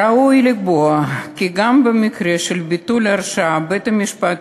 ראוי לקבוע כי גם במקרה של ביטול הרשעה בית-המשפט